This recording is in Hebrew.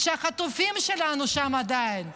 שהחטופים שלנו עדיין שם,